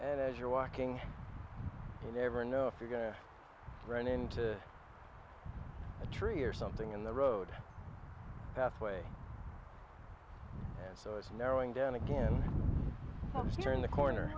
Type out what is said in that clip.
and as you're walking you never know if you're going to run into a tree or something in the road pathway and so it's narrowing down again here in the corner